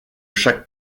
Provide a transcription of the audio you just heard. chaque